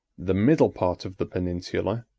the middle part of the peninsula,